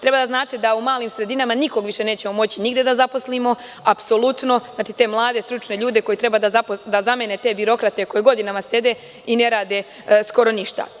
Treba da znate da u malim sredinama nikog više nećemo moći da zaposlimo apsolutno, te mlade stručne ljude koji treba da zamene te birokrate koji godinama sede i ne rade skoro ništa.